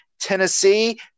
tennessee